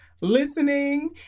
Listening